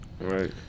Right